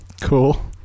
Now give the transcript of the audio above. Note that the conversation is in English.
Cool